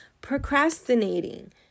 procrastinating